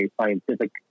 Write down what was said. scientific